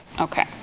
Okay